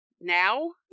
now